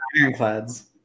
Ironclads